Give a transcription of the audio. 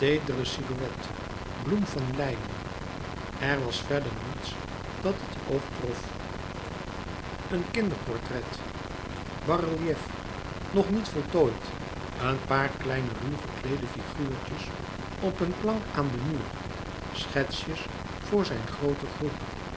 silhouet bloem van lijnen er was verder niets dat het oog trof een kinderportret bas-relief nog niet voltooid een paar kleine ruw gekneede figuurtjes op een plank aan den muur schetsjes louis couperus metamorfoze voor zijn groote groep